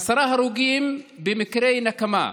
עשרה הרוגים במקרי נקמה,